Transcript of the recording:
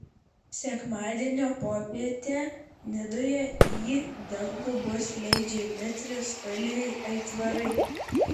sekmadienio popietę nidoje į dangų bus leidžiami trispalviai aitvarai